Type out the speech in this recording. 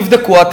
תבדקו,